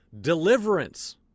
deliverance